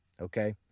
Okay